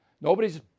Nobody's